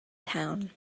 town